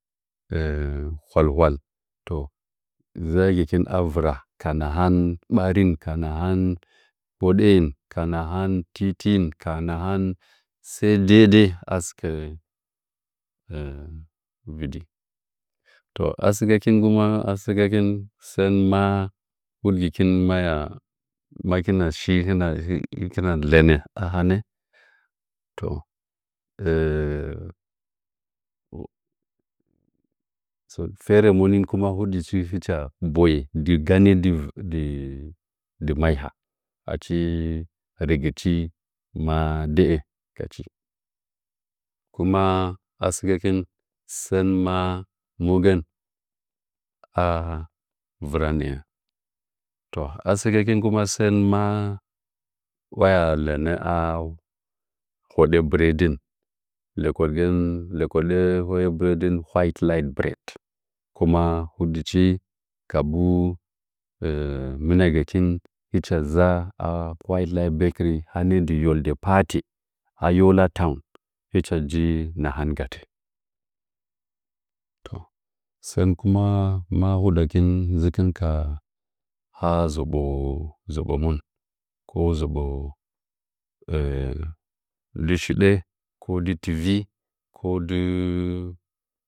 Kal wal to dzɚgɨn a vira ka nahan ɓarih ka nahan hoɗih ka nahan ti’tin ka nahan sɚ daidai vidi ta asɚ kɚ gɚin sɚn ma hudgɨkin maya akima shi kina lɚnɚ a hanɚ to fere monin kuma hugɨchi hɨcha buye dɨ ganɚ dɨ maiha achi rɚgɨchi madɨkɨn ayam dɚɚgachi kuma asɨlingkih sɚn ma mogɚn a vɨra nɚɚ to asilinkin kuma ma uwya lɚnɚ a hoɗɚ bree adiɚn lekode heɗɚ breaden whitelight bread kuma huɗgɨchi kabu mɨnngɚn gachi kahichɚ dza a whitelight bakery ganɚ dɨ yu de party ha yola town hɨcha dzɨ nahan gale to sɚn ma kuma maa hudakɨh dzɨkɨn ka ha zɚbɚ zɚbomɨh ko nggɨ dɨ shiɗe idɨ tivi